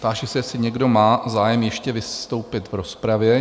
Táži se, jestli někdo má zájem ještě vystoupit v rozpravě?